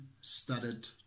started